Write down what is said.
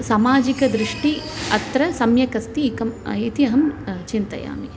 सामाजिकदृष्टिः अत्र सम्यक् अस्ति एकम् इति अहं चिन्तयामि